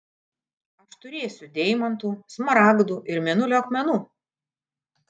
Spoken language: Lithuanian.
aš turėsiu deimantų smaragdų ir mėnulio akmenų